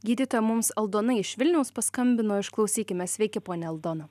gydytoja mums aldona iš vilniaus paskambino išklausykime sveiki ponia aldona